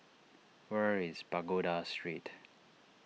where is Pagoda Street